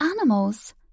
animals